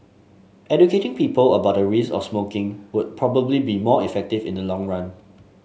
educating people about the risk of smoking would probably be more effective in the long run